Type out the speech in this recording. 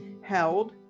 held